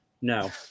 No